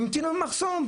המתינו במחסום,